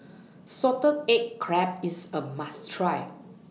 Salted Egg Crab IS A must Try